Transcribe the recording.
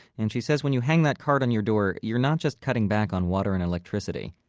and she says when you hang that card on your door, you're not just cutting back on water and electricity.